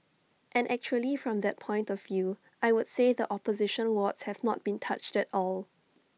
and actually from that point of view I would say the opposition wards have not been touched at all